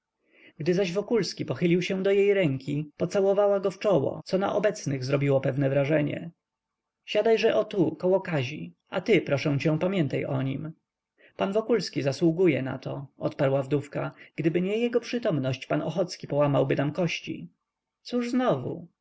gdy zaś wokulski pochylił się do jej ręki pocałowała go w czoło co na obecnych zrobiło pewne wrażenie siadajże o tu koło kazi a ty proszę cię pamiętaj o nim pan wokulski zasługuje na to odparła wdówka gdyby nie jego przytomność pan ochocki połamałby nam kości cóż znowu